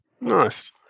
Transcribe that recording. Nice